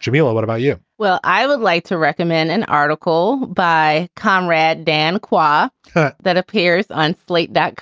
jamila, what about you? well, i would like to recommend an article by conrad dan qua that appears on slate that